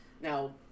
now